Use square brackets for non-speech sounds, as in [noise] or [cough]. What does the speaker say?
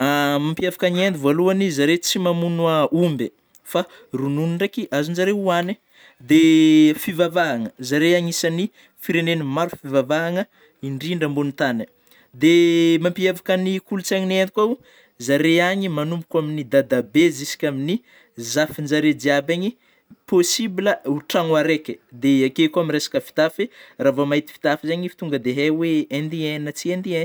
Mmpiavaka an'i Inde voalohany zare tsy mamono aomby fa ronono ndraiky azon'ny zareo hoanigna, dia fivavahana zare agnisany firenena maro fivavahana indrindra ambonin'ny tany dia [hesitation] mampiavaka ny kolotsaina an'i Inde ko ao zareo any manomboka amin'ny dadabe jusk'amin'ny zafinjareo jiaby any possible ho trano araiky dia akeo koa amin'ny resaka fitafy raha vao mahita fitafy zay dia tonga dia hay oe Indien na tsy Indien.